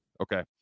Okay